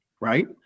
right